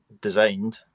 designed